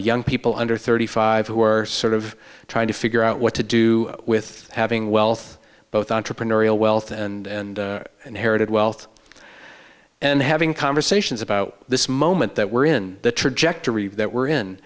young people under thirty five who are sort of trying to figure out what to do with having wealth both entrepreneurial wealth and and heritage wealth and having conversations about this moment that we're in the trajectory that we're in